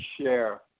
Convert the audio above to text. share